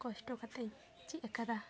ᱠᱚᱥᱴᱚ ᱠᱟᱛᱮᱫ ᱤᱧ ᱪᱮᱫ ᱟᱠᱟᱫᱟ